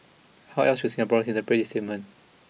how else should Singaporeans interpret this statement